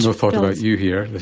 so thought about you here?